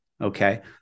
okay